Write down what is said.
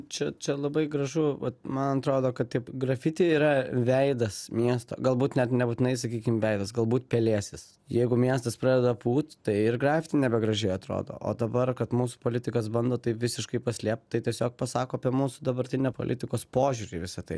čia čia labai gražu vat man atrodo kad taip grafiti yra veidas miesto galbūt net nebūtinai sakykim veidas galbūt pelėsis jeigu miestas pradeda pūt tai ir grafiti nebegražiai atrodo o dabar kad mūsų politikas bando tai visiškai paslėpt tai tiesiog pasako apie mūsų dabartinę politikos požiūrį į visą tai